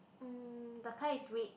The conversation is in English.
mm the car is red